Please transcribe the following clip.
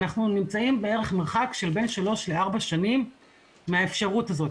אנחנו נמצאים מרחק של בערך 3-4 שנים מהאפשרות הזאת.